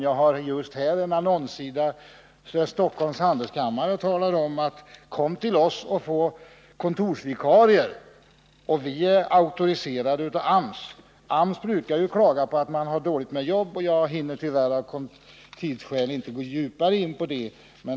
Jag har en annonssida där Stockholms handelskammare säger: Kom till oss och få kontorsvikarier. Vi är auktoriserade av AMS. AMS brukar ju klaga över att man har dåligt med jobb. Jag hinner tyvärr av tidsskäl inte gå närmare in på det.